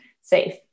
safe